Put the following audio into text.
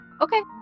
Okay